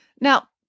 Now